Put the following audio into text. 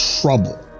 trouble